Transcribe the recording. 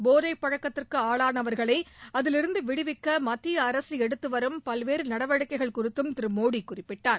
போதை பழக்கத்திற்கு ஆளானவர்களை அதிலிருந்து விடுவிக்க மத்திய அரசு எடுத்துவரும் பல்வேறு நடவடிக்கைகள் குறித்தும் திரு மோடி குறிப்பிட்டார்